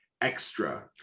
extra